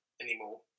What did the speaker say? anymore